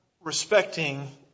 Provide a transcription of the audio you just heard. respecting